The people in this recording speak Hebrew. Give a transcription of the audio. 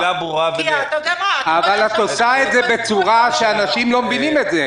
את עושה את זה בצורה שאנשים לא מבינים את זה.